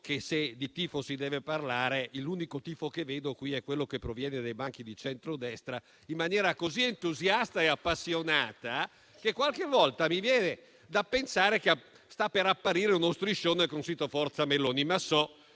che, se di tifo si deve parlare, l'unico tifo che vedo qui è quello che proviene dai banchi di centrodestra, in maniera così entusiasta e appassionata che qualche volta mi viene da pensare che stia per apparire uno striscione con scritto «Forza Meloni».